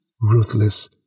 ruthless